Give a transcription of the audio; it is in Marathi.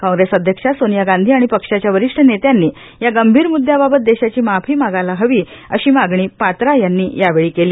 कॉंप्रेस अध्यक्षा सोनिया गांची आणि पक्षाच्या वरिष्ठ नेत्यांनी या गंभीर मुस्चाबाबत देशाची माप्री मागायला हवी अशी मागणी पात्रा यांनी यावेळी केली